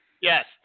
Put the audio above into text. Yes